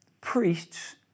Priests